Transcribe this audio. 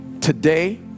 today